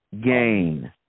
gain